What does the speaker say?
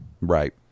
Right